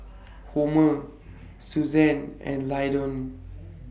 Homer Susan and Lyndon